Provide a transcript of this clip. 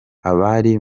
abari